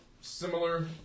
similar